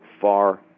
far